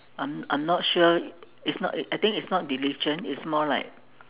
I'm I'm not sure it's not I think it's not diligent it's more like